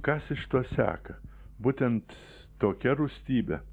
kas iš to seka būtent tokia rūstybe